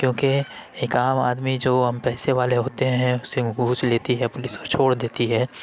کیونکہ ایک عام آدمی جو ہم پیسے والے ہوتے ہیں اس سے گھوس لیتی ہے پولیس چھوڑ دیتی ہے